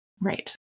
Right